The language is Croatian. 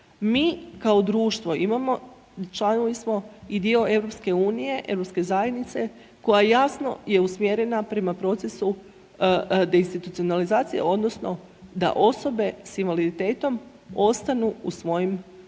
Mi kao društvo imamo, članovi smo i dio EU, Europske zajednice koja jasno je usmjerena prema procesu deinstitucionalizacije odnosno da osobe s invaliditetom ostanu u svojem